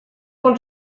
want